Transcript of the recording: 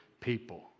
people